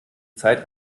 zeit